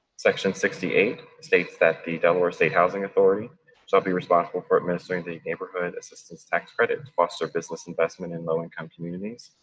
section sixty eight states that the delaware state housing authority shall be responsible for administering the neighborhood assistance tax credit to foster business investment in low-income communities.